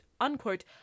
unquote